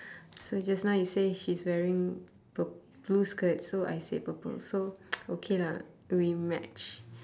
so just now you say she's wearing pur~ blue skirt so I say purple so okay lah do we match